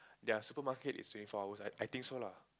their supermarket is twenty four hours also I think so lah